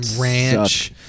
ranch